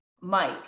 Mike